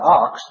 ox